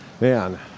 Man